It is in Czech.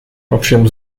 ovšem